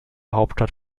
hauptstadt